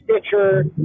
Stitcher